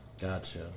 Gotcha